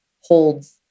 holds